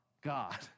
God